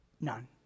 None